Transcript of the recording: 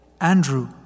Andrew